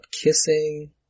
kissing